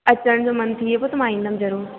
अचनि जो मन थिये थो त मां ईंदमि जरूर